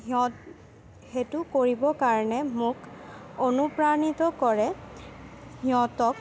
সিহঁত সেইটো কৰিব কাৰণে মোক অনুপ্ৰাণিত কৰে সিহঁতক